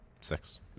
six